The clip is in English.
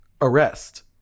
arrest